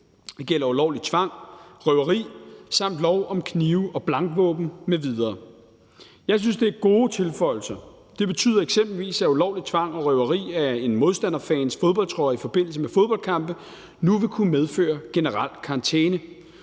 det gælder ulovlig tvang, røveri samt lov om knive og blankvåben m.v. Jeg synes, det er gode tilføjelser. Det betyder eksempelvis, at ulovlig tvang og røveri af en modstanderfans fodboldtrøje i forbindelse med fodboldkampe nu vil kunne medføre generel karantæne.